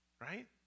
right